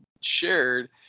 shared